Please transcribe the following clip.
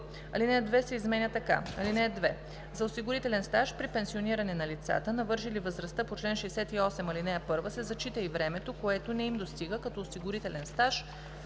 алинея 2 се изменя така: „(2) За осигурителен стаж при пенсиониране на лицата, навършили възрастта по чл. 68, ал. 1, се зачита и времето, което не им достига като осигурителен стаж